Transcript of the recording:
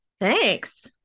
Thanks